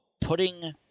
putting